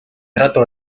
trato